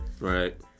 right